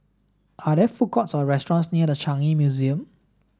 are there food courts or restaurants near The Changi Museum